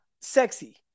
sexy